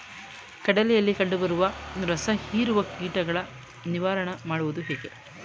ಕಡಲೆಯಲ್ಲಿ ಕಂಡುಬರುವ ರಸಹೀರುವ ಕೀಟಗಳ ನಿವಾರಣೆ ಮಾಡುವುದು ಹೇಗೆ?